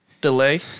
Delay